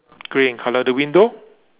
grey in colour the window